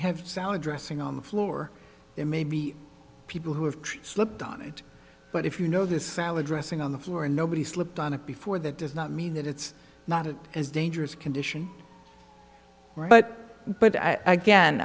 have salad dressing on the floor it may be people who have slipped on it but if you know the salad dressing on the floor and nobody slipped on it before that does not mean that it's not as dangerous condition but but i